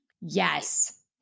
Yes